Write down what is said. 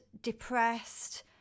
depressed